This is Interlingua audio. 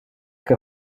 que